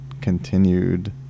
continued